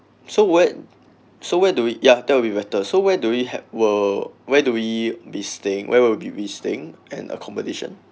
so whe~ so where do we ya that would be better so where do we had were where do we be staying where will we be staying and accommodation